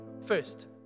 first